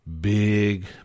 big